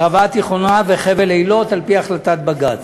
הערבה התיכונה וחבל-אילות, על-פי החלטת בג"ץ.